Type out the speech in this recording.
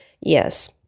Yes